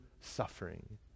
suffering